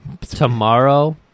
Tomorrow